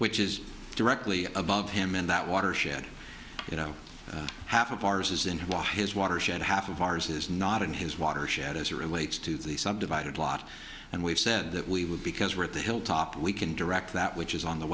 which is directly above him in that watershed you know half of ours is into his watershed half of ours is not in his watershed as it relates to the subdivided lot and we've said that we would because we're at the hilltop we can direct that which is on the